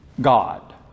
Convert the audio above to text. God